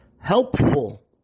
helpful